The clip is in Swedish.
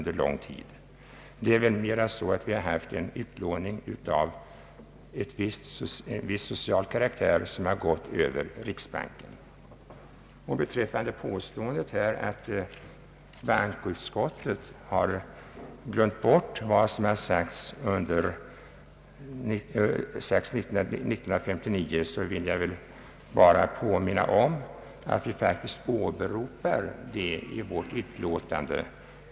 Det har väl mera varit på det sättet att riksbanken haft en utlåning av en viss social karaktär. Med anledning av påståendet att bankoutskottet har glömt bort vad som sagts 1959 vill jag bara påminna om att vi faktiskt åberopar det i vårt utlåtande.